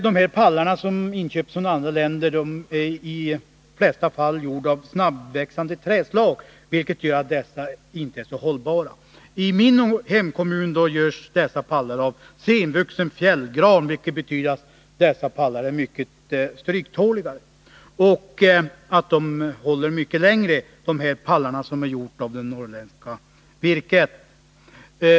De pallar som inköps från andra länder är i de flesta fall gjorda av snabbväxande träslag, vilket gör att pallarna inte är så hållbara. I min hemkommun görs pallar av senvuxen fjällgran, vilket betyder att dessa pallar är mycket stryktåliga. De pallar som är gjorda av det norrländska virket håller alltså mycket längre.